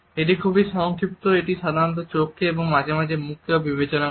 এটি খুবই সংক্ষিপ্ত এটি সাধারণত চোখকে এবং মাঝে মধ্যে মুখকেও বিবেচনা করে